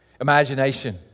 Imagination